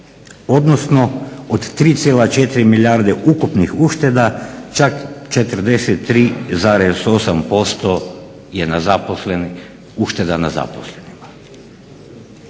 odnosno od 3,4 milijarde ukupnih ušteda čak 43,8% ušteda na zaposlenima.